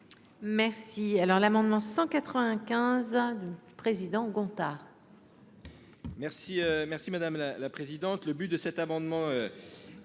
Merci. Alors l'amendement 195. Président Gontard.